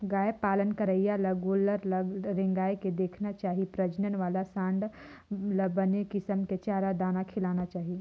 गाय पालन करइया ल गोल्लर ल रेंगाय के देखना चाही प्रजनन वाला सांड ल बने किसम के चारा, दाना खिलाना चाही